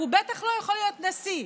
והוא בטח לא יכול להיות נשיא.